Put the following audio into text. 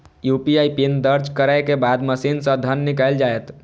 UPI PIN दर्ज करै के बाद मशीन सं धन निकैल जायत